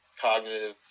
cognitive